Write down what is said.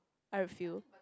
I feel